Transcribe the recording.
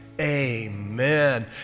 amen